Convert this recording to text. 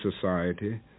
society